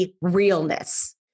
realness